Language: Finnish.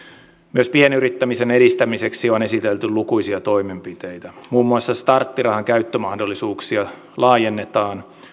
myös pienyrittämisen edistämiseksi on esitelty lukuisia toimenpiteitä muun muassa starttirahan käyttömahdollisuuksia laajennetaan